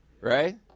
right